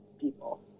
people